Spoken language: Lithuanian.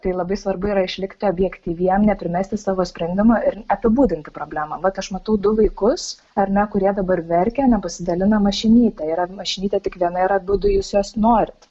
tai labai svarbu yra išlikti objektyviem neprimesti savo sprendimo ir apibūdinti problemą vat aš matau du vaikus ar ne kurie dabar verkia nepasidalina mašinyte ir ar mašinytė tik viena ir abudu jūs jos norit